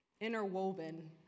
interwoven